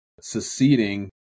seceding